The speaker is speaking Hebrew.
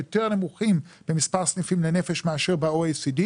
יותר נמוכים במספר סניפים לנפש מאשר ב-OECD,